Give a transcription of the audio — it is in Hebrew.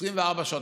24 שעות,